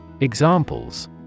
Examples